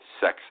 sex